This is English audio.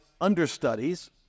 understudies